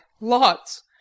Lots